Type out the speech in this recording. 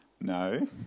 No